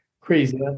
crazy